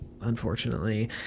unfortunately